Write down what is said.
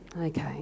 Okay